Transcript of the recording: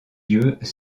yeux